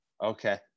Okay